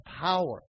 power